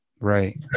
Right